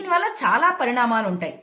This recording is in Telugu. దీనివల్ల చాలా పరిణామాలు ఉంటాయి